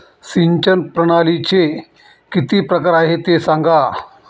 सिंचन प्रणालीचे किती प्रकार आहे ते सांगा